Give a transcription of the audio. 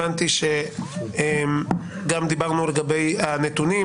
גם דיברנו לגבי הנתונים.